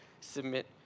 submit